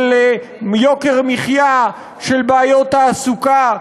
של יוקר מחיה, של בעיות תעסוקה.